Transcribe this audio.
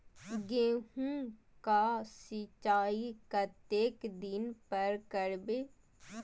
गेहूं का सीचाई कतेक दिन पर करबे?